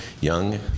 Young